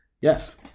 Yes